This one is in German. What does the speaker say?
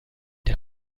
der